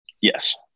Yes